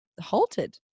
halted